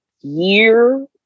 year